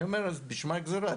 אני אומר אז בשביל מה הגזירה?